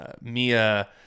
Mia